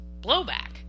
blowback